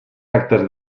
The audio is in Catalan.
actes